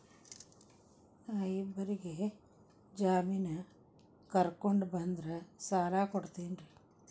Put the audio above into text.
ನಾ ಇಬ್ಬರಿಗೆ ಜಾಮಿನ್ ಕರ್ಕೊಂಡ್ ಬಂದ್ರ ಸಾಲ ಕೊಡ್ತೇರಿ?